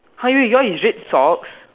how you yours is red socks